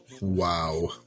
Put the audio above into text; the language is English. Wow